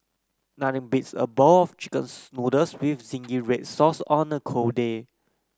nothing beats a bowl of chicken noodles with zingy red sauce on a cold day